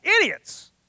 idiots